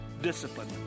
discipline